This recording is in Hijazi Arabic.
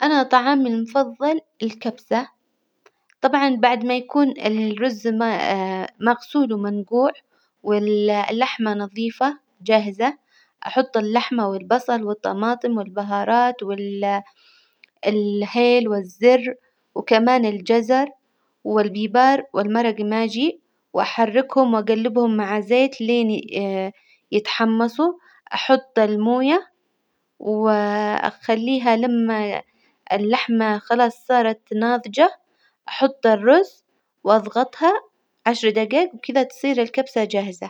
أنا طعامي المفظل الكبسة، طبعا بعد ما يكون الرز م- مغسول ومنجوع، واللحمة نظيفة جاهزة، أحط اللحمة والبصل والطماطم والبهارات، وال- الهيل والزر، وكمان الجزر والبيبار والمرج ماجي، وأحركهم وأجلبهم مع زيت لين ي- يتحمصوا، أحط الموية وأخليها لما اللحمة خلاص صارت ناضجة أحط الرز، وأظغطها عشر دجايج، وبكذا تصير الكبسة جاهزة.